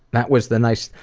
that was the nice.